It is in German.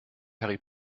harry